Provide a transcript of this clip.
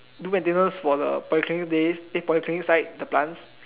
do maintenance for the polyclinic place the polyclinic side the plants